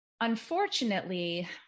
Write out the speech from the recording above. unfortunately